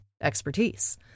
expertise